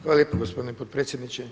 Hvala lijepo gospodine predsjedniče.